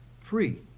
Free